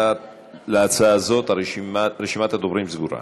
להצעה הזאת רשימת הדוברים סגורה.